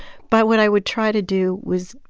but what i would try to do was,